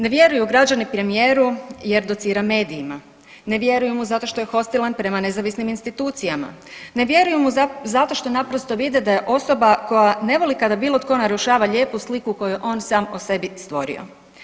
Ne vjeruju građani premijeru jer docira medijima, ne vjeruju mu zato što je hostilan prema nezavisnim institucijama, ne vjeruju mu zato što naprosto vide da je osoba koja ne voli kada bilo tko narušava lijepu sliku koju je on sam o sebi stvorio.